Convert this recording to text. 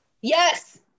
Yes